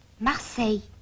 Marseille